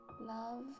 Love